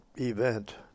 event